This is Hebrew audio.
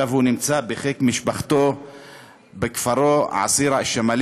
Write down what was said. ועכשיו הוא נמצא בחיק משפחתו בכפרו עסירה-א-שמאליה,